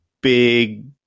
big